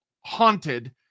haunted